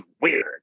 weird